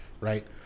right